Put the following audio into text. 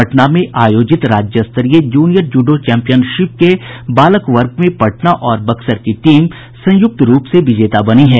पटना में आयोजित राज्य स्तरीय जूनियर जूडो चैंपियनशिप के बालक वर्ग में पटना और बक्सर की टीम संयुक्त रूप से विजेता बनी है